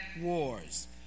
wars